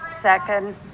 second